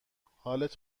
حالت